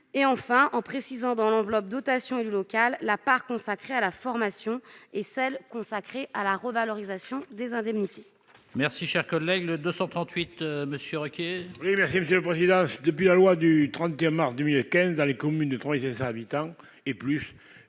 ; enfin, de préciser dans l'enveloppe « dotation élu local » la part consacrée à la formation et celle qui est consacrée à la revalorisation des indemnités.